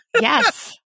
Yes